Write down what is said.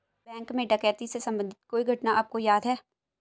Bank में डकैती से संबंधित कोई घटना आपको याद है?